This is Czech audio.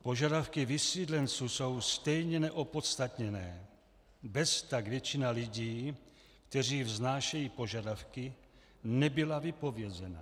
Požadavky vysídlenců jsou stejně neopodstatněné, beztak většina lidí, kteří vznášejí požadavky, nebyla vypovězena.